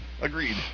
Agreed